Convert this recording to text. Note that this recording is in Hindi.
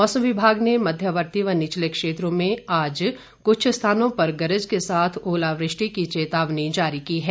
मौसम विभाग ने मध्यवर्ती व निचले क्षेत्रों में आज कुछ स्थानों पर गरज के साथ ओलावृष्टि की चेतावनी जारी की है